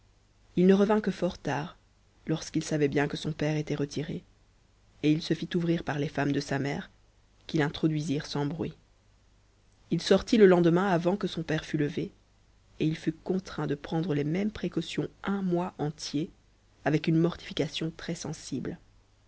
il ne revint que fort tard lorsqu'il savait bien que son père était retiré et il se fit ouvrir par les femmes de sa mère qui l'introduisirent sans bruit il sortit le lendemain avant que son père mt levé et il contraint de prendre les mêmes précautions un mois entier avec une mortification